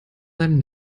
seinem